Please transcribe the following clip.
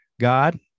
God